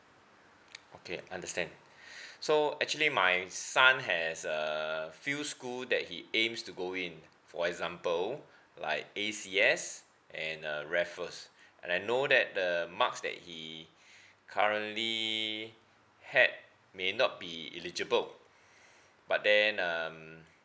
okay understand so actually my son has a few school that he aims to go in for example like A_C_S and uh raffles and I know that the marks that he currently had may not be eligible but then um